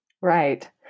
Right